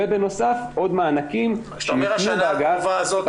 ובנוסף עוד מענקים --- כשאתה אומר השנה הקרובה הזאת,